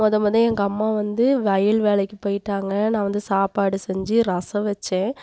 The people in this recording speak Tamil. முத முத எங்க அம்மா வந்து வயல் வேலைக்கு போயிட்டாங்க நான் வந்து சாப்பாடு செஞ்சு ரசம் வச்சேன்